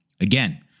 Again